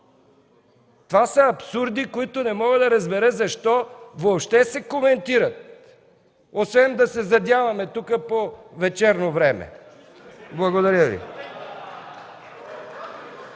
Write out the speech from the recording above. Това са абсурди, които не мога да разбера защо въобще се коментират, освен да се задяваме тук по вечерно време. (Смях.) Благодаря Ви.